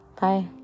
bye